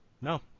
No